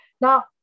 Now